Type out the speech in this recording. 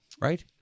right